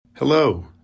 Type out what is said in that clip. Hello